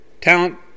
talent